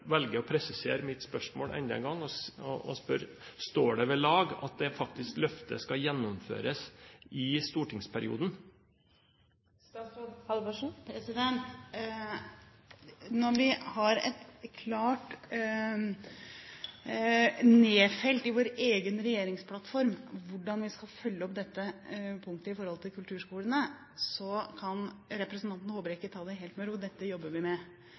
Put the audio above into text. velger å presisere mitt spørsmål enda en gang, og spør: Står det ved lag at løftet faktisk skal gjennomføres i stortingsperioden? Når vi har det klart nedfelt i vår egen regjeringsplattform hvordan vi skal følge opp dette punktet i forhold til kulturskolene, kan representanten Håbrekke ta det helt med ro. Dette jobber vi med.